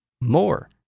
more